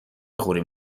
خوریم